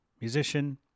musician